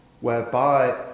whereby